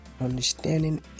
Understanding